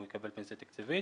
הוא יקבל פנסיה תקציבית,